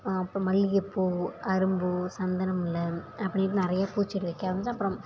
அப்புறம் மல்லிகைப்பூ அரும்பு சந்தன முல்லை அப்டின்னு நிறைய பூச்செடி வைக்க ஆரம்பித்தேன் அப்புறம்